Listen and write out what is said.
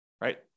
right